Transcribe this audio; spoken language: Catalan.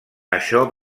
això